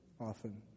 often